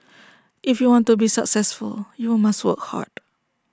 if you want to be successful you must work hard